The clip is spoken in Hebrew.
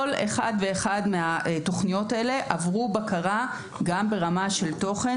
כל אחת ואחת מהתוכניות האלה עברה בקרה גם ברמה של תוכן.